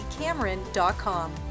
Cameron.com